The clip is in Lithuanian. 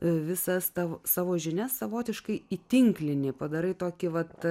visas tavo savo žinias savotiškai į tinklinį padarai tokį vat